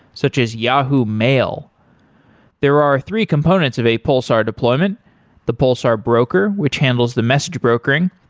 such as yahoo mail there are three components of a pulsar deployment the pulsar broker, which handles the message brokering,